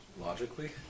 Logically